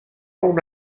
اون